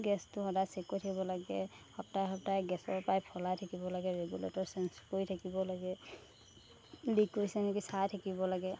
গেছটো সদায় চেক কৰি থাকিব লাগে সপ্তাহে সপ্তাহে গেছৰ পাইপ সলাই থাকিব লাগে ৰেগুলেটাৰ চেঞ্জ কৰি থাকিব লাগে লিক কৰিছে নেকি চাই থাকিব লাগে